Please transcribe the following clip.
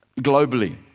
globally